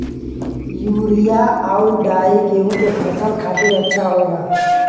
urea आउर डाई गेहूं के फसल खातिर अच्छा होला